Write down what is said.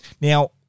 Now